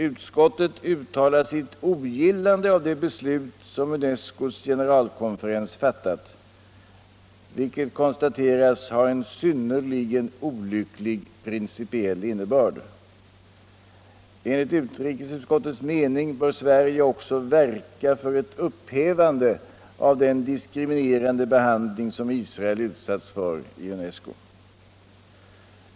Utskottet uttalar ”sitt ogillande av de beslut som Unescos generalkonferens fattat”, vilka konstateras ha ”en synnerligen olycklig principiell innebörd”. Enligt utrikesutskottets mening bör Sverige ”verka för ett upphävande av den diskriminerande behandling som Israel utsatts för i Unesco”.